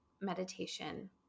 meditation